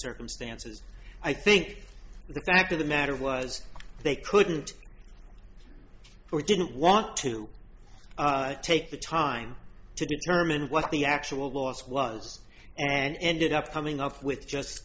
circumstances i think the fact of the matter was they couldn't or didn't want to take the time to determine what the actual loss was and ended up coming up with just